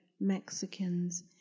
Mexicans